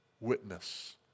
witness